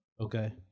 Okay